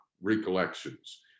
recollections